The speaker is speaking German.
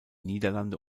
niederlande